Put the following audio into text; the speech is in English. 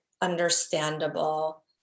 understandable